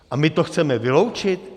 A my to chceme vyloučit?